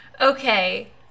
Okay